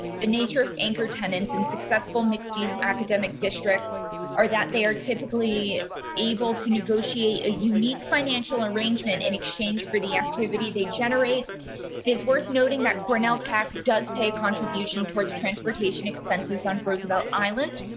the nature of anchor tenants and successful mixed use academic districts are that they are typically able to negotiate a unique financial arrangement in exchange for the activity, they generate his worth noting that cornell tack does pay contribution towards transportation expenses on roosevelt island.